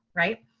right?